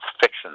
fiction